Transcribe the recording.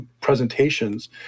presentations